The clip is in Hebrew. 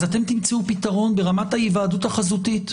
אתם תמצאו פתרון ברמת ההיוועדות החזותית.